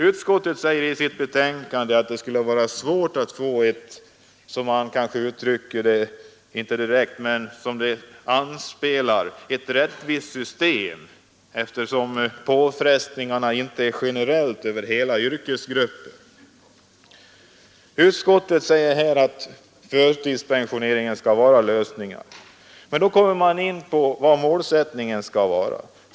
Utskottet säger i sitt betänkande att det skulle vara svårt att få — man uttrycker det visserligen inte direkt, men man antyder det — ett rättvist system, eftersom påfrestningarna inte är lika stora generellt över hela yrkesgrupper. Utskottet anför att förtidspensionering kan vara en lösning, men då kommer man in på vad målsättningen skall vara.